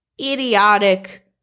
Idiotic